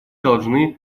должно